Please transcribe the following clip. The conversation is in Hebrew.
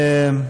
בסדר,